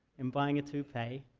and buying a toupee,